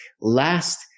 Last